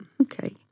Okay